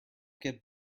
get